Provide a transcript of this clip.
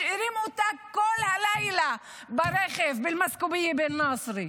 משאירים אותה כל הלילה ברכב (אומרת בערבית:).